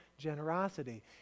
generosity